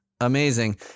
amazing